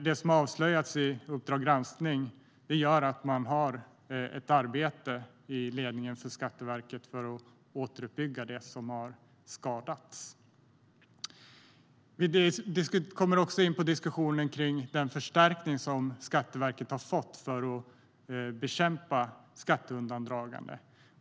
Det som har avslöjats i Uppdrag Granskning gör att ledningen för Skatteverket har ett arbete att göra för att återuppbygga det som har skadats. Vi kommer också in på diskussionen kring den förstärkning som Skatteverket har fått för att bekämpa skatteundandragande.